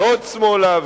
ועוד שמאלה,